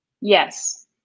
Yes